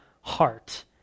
heart